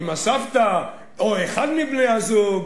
עם הסבתא או עם אחד מבני-הזוג.